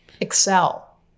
excel